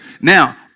Now